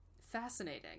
Fascinating